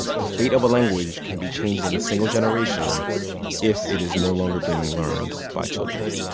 the fate of a language can be changed in a single generation if it is no longer being learned by children.